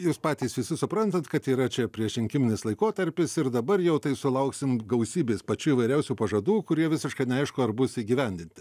jūs patys visi suprantat kad yra čia priešrinkiminis laikotarpis ir dabar jau tai sulauksim gausybės pačių įvairiausių pažadų kurie visiškai neaišku ar bus įgyvendinti